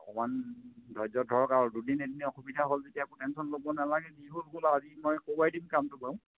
অকমান ধৈৰ্য ধৰক আৰু দুদিন এদিন অসুবিধা হ'ল যেতিয়া একো টেনচন ল'ব নালাগে যি হল হ'ল আৰু আজি মই কৰোবাই দিম কামটো বাৰু